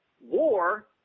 war